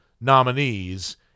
nominees